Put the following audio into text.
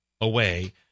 away